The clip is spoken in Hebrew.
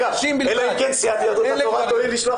אלא אם כן סיעת יהדות התורה תואיל לשלוח